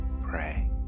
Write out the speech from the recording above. pray